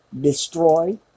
destroy